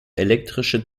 elektrische